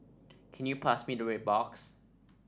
can you pass me the red box